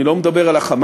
אני לא מדבר על ה"חמאס",